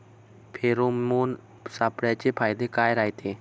Pheromone सापळ्याचे फायदे काय रायते?